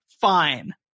fine